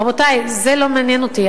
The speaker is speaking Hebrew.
רבותי, זה לא מעניין אותי.